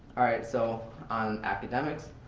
alright, so on academics,